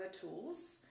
tools